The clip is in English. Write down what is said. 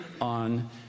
on